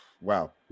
wow